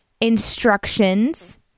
instructions